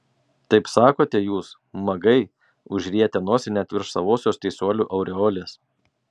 taip sakote jūs magai užrietę nosį net virš savosios teisuolių aureolės